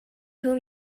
whom